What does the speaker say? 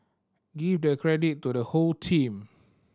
give the credit to the whole team